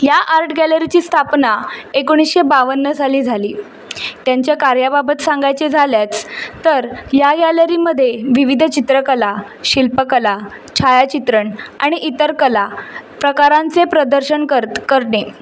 या आर्ट गॅलरीची स्थापना एकोणीसशे बावन्न साली झाली त्यांच्या कार्याबाबत सांगायचे झाल्याच तर या गॅलरीमध्ये विविध चित्रकला शिल्पकला छायाचित्रण आणि इतर कला प्रकारांचे प्रदर्शन कर करणे